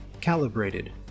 calibrated